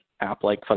app-like